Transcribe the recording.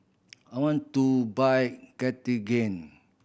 I want to buy Cartigain